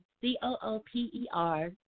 C-O-O-P-E-R